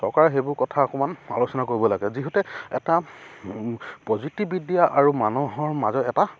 চৰকাৰে সেইবোৰ কথা অকণমান আলোচনা কৰিব লাগে যিহেতু এটা প্ৰযুক্তিবিদ্যা আৰু মানুহৰ মাজত এটা